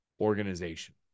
organization